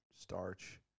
Starch